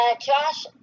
Josh